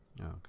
Okay